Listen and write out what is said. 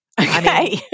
Okay